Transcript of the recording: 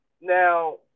now